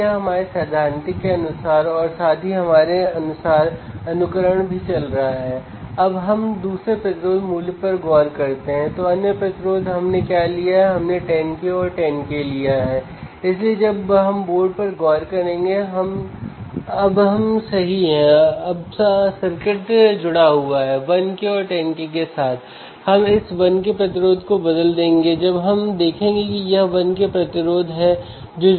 यदि हम लाभ कम करते हैं तो हम वोल्टेज में बदलाव देख पाएंगे